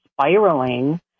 spiraling